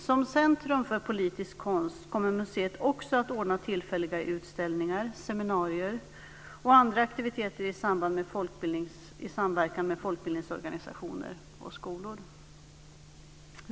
Som centrum för politisk konst kommer museet också att ordna tillfälliga utställningar, seminarier och andra aktiviteter i samverkan med folkbildningsorganisationer och skolor.